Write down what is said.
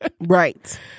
Right